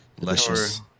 luscious